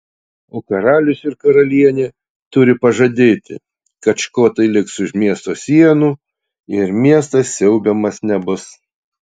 o karalius ir karalienė turi pažadėti kad škotai liks už miesto sienų ir miestas siaubiamas nebus